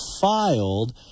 filed